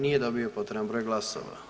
Nije dobio potreban broj glasova.